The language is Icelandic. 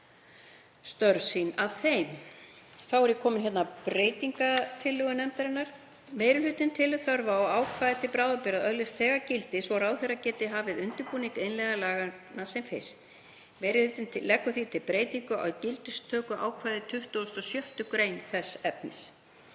störf sín að þeim. Þá er ég komin að breytingartillögu nefndarinnar. Meiri hlutinn telur þörf á að ákvæði til bráðabirgða öðlist þegar gildi svo ráðherra geti hafið undirbúning innleiðingar laganna sem fyrst. Meiri hlutinn leggur því til breytingu á gildistökuákvæði 26. gr. þess efnis.